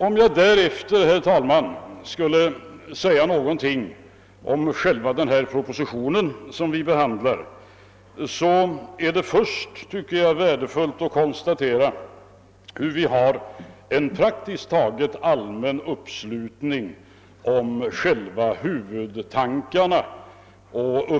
Om jag därefter, herr talman, skulle säga någonting om den proposition vi nu behandlar, är det värdefullt att konstatera en praktiskt taget allmän uppslutning kring huvudtankarna i